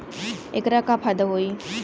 ऐकर का फायदा हव?